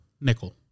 nickel